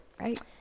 right